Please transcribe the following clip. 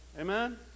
amen